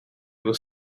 was